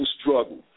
struggle